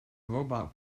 robot